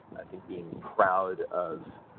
i think being proud of